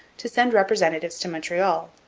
to send representatives to montreal,